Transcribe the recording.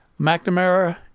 McNamara